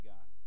God